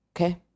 Okay